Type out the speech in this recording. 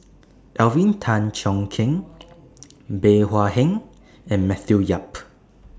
Alvin Tan Cheong Kheng Bey Hua Heng and Matthew Yap